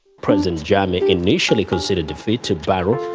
president jammeh initially conceded defeat to barrow,